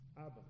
Abba